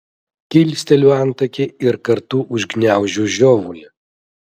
kilsteliu antakį ir kartu užgniaužiu žiovulį